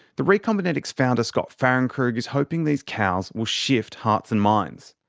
the recombinetics founder, scott fahrenkrug, is hoping these cows will shift hearts and minds.